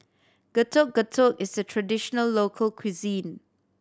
Getuk Getuk is a traditional local cuisine